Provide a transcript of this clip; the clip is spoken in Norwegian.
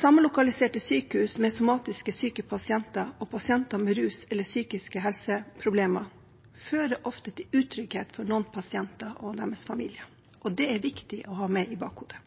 Samlokaliserte sykehus med somatisk syke pasienter og pasienter med rus- eller psykisk helseproblemer fører ofte til utrygghet for noen pasienter og deres familier. Det er viktig å ha i bakhodet.